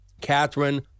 Catherine